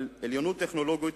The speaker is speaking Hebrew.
עליונות טכנולוגית